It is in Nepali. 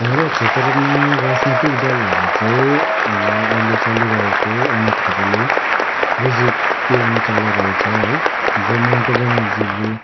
हाम्रो क्षेत्रमा राजनितिक दलहरू चाहिँ अब अहिले चलिरहेको अनित थापाले बिजीपिएम चलाइरहेछ है जो ममता बेनर्जीले